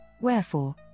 Wherefore